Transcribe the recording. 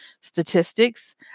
statistics